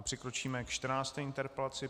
Přikročíme k čtrnácté interpelaci.